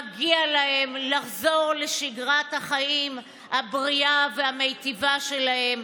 מגיע להם לחזור לשגרת החיים הבריאה והמיטיבה שלהם.